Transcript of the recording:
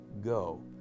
go